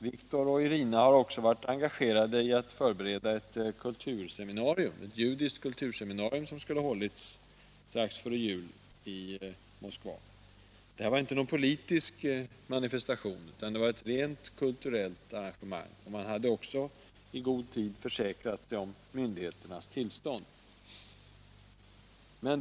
Viktor och Irina har också varit engagerade i att förbereda ett judiskt kulturseminarium som skulle ha hållits strax före jul i Moskva. Det var ingen politisk manifestation utan ett rent kulturengagemang. Man hade i god tid försäkrat sig om myndigheternas tillstånd.